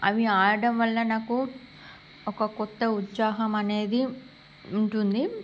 అవి ఆడడం వల్ల నాకు ఒక కొత్త ఉత్సాహం అనేది ఉంటుంది